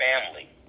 family